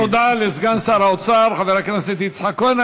תודה לסגן שר האוצר חבר הכנסת יצחק כהן.